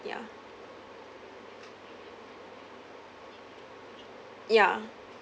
ya ya